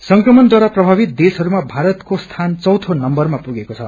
संक्रमणद्वारा प्रभातिव देश्हारूमा भारतको सीन चौथे नम्बरमा पुगेको छ